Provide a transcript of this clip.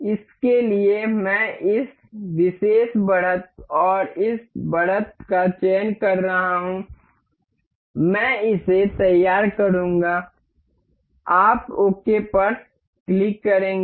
इसके लिए मैं इस विशेष बढ़त और इस बढ़त का चयन कर रहा हूं मैं इसे तैयार करूंगा आप ओके पर क्लिक करेंगे